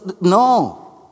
No